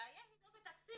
הבעיה היא לא בתקציב,